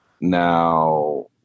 Now